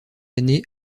année